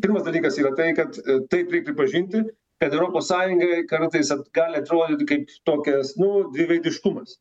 pirmas dalykas yra tai kad taip reik pripažinti kad europos sąjungai kartais gali atrodyt kaip tokias nu dviveidiškumas